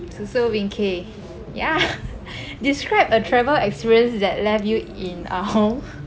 so so wing kei yq describe a travel experience that left you in a